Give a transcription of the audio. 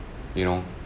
you know